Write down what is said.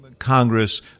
Congress